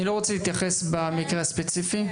לא מתייחס למקרה הספציפי.